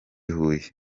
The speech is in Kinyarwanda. huye